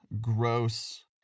gross